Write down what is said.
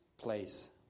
place